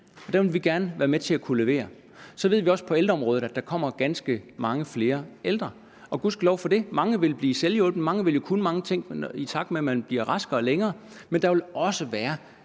og dem vil vi gerne være med til at kunne levere. Så ved vi også, hvad angår ældreområdet, at der kommer ganske mange flere ældre. Og gudskelov for det – mange vil blive selvhjulpne, mange vil jo kunne mange ting, i takt med at man forbliver rask i længere tid. Men der vil også være